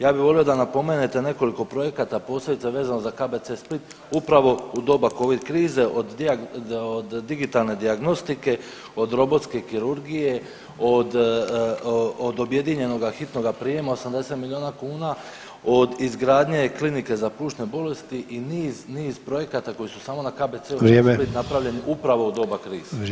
Ja bih volio da napomenete nekoliko projekata posebice vezano za KBC Split upravo u doba covid krize od digitalne dijagnostike, od robotske kirurgije, od objedinjenoga hitnoga prijema 80 milijuna kuna, od izgradnje Klinike za plućne bolesti i niz, niz [[Upadica Sanader: Vrijeme.]] projekata koji su samo na KBC-u Split napravljeni upravo u doba krize.